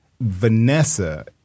Vanessa